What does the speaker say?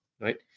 right